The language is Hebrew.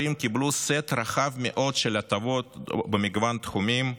המשוחררים קיבלו סט רחב מאוד של הטבות במגוון תחומים,